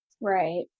Right